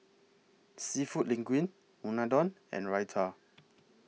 Seafood Linguine Unadon and Raita